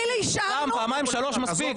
פעם, פעמיים, שלוש, מספיק.